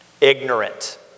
ignorant